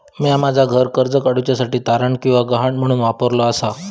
म्या माझा घर कर्ज काडुच्या साठी तारण किंवा गहाण म्हणून वापरलो आसा